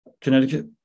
connecticut